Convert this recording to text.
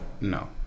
No